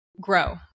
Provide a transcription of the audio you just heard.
grow